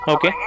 Okay